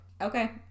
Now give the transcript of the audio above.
Okay